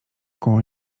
koło